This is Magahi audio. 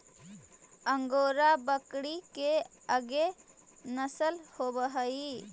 अंगोरा बकरी के एगो नसल होवऽ हई